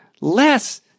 less